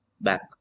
back